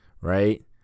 right